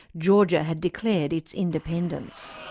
georgia had declared its independence.